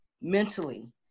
mentally